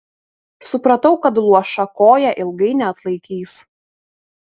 supratau kad luoša koja ilgai neatlaikys